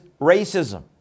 racism